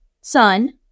son